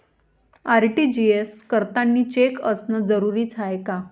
RTGS करतांनी cheque असनं जरुरीच हाय का?